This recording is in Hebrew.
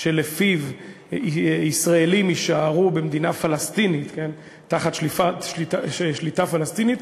שלפיו ישראלים יישארו במדינה פלסטינית תחת שליטה פלסטינית,